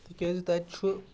تِکیٛازِ تَتہِ چھُ